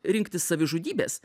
rinktis savižudybės